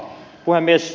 puhemies